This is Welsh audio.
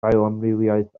bioamrywiaeth